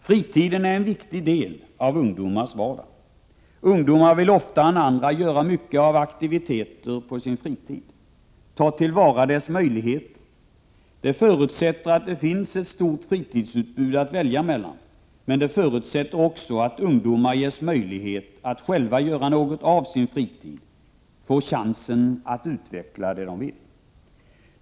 Fritiden är en viktig del av ungdomars vardag. Ungdomar vill oftare än andra delta i aktiviteter på sin fritid, ta till vara dess möjligheter. Det förutsätter att det finns ett stort utbud av fritidsaktiviteter att välja mellan, men det förutsätter också att ungdomar ges möjlighet att själva göra något av sin fritid, få chansen att utveckla vad de vill.